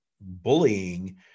bullying